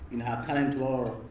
in her current role,